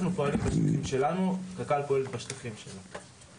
אנחנו פועלים בשטחים שלנו וקק"ל פועלת בשטחים שלה.